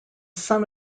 son